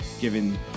given